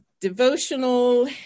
devotional